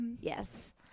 yes